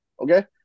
Okay